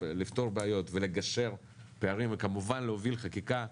בעיות ולגשר על פערים וכמובן להוביל חקיקה,